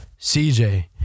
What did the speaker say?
CJ